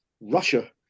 Russia